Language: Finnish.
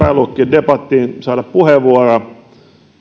debattiin saada puheenvuoroa